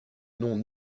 nom